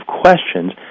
questions